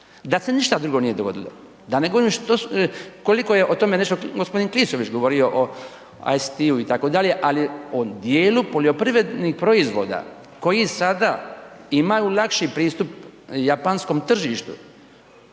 da se ništa drugo nije dogodilo, da ne govorim koliko je o tome nešto gospodin Klisović govorio o …/nerazumljivo/… itd., ali o dijelu poljoprivrednih proizvoda koji sada imaju lakši pristup japanskom tržištu.